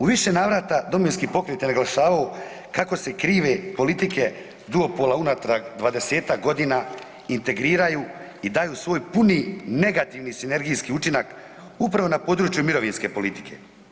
U više navrata Domovinski pokret je naglašavao kako se krive politike duopola unatrag 20-tak godina integriraju i daju svoj puni negativni sinergijski učinak upravo na području mirovinske politike.